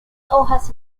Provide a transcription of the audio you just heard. hojas